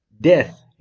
death